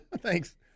Thanks